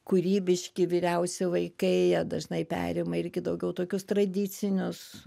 kūrybiški vyriausi vaikai dažnai perima irgi daugiau tokius tradicinius